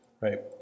right